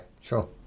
sure